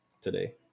today